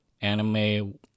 anime